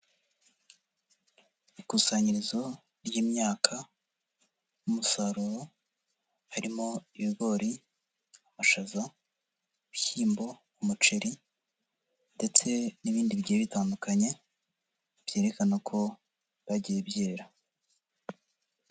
Ikusanyirizo ry'imyaka n'umusaruro harimo ibigori, amashaza, ibishyimbo, umuceri ndetse n'ibindi bigiye bitandukanye byerekana ko byagiye byera.